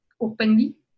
openly